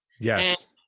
Yes